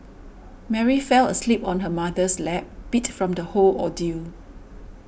Mary fell asleep on her mother's lap beat from the whole ordeal